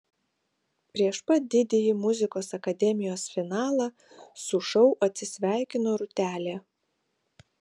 prieš pat didįjį muzikos akademijos finalą su šou atsisveikino rūtelė